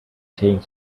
saying